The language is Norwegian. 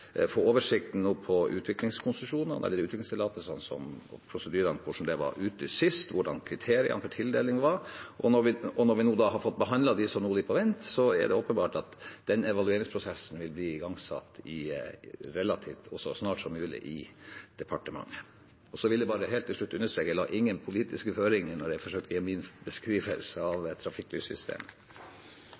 prosedyrene for hvordan de var utlyst sist, og hvordan kriteriene for tildeling var. Når vi har fått behandlet de som nå ligger på vent, er det åpenbart at den evalueringsprosessen vil bli igangsatt så snart som mulig i departementet. Så vil jeg bare helt til slutt understreke at jeg ikke la noen politiske føringer da jeg forsøkte å gi min beskrivelse av trafikklyssystemet.